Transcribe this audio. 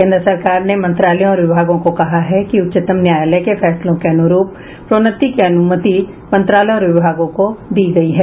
केंद्र सरकार ने मंत्रालयों और विभागों को कहा है कि उच्चतम न्यायालय के फैसलों के अनुरूप प्रोन्नति की अनुमति मंत्रालय और विभागों को दी गयी है